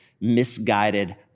misguided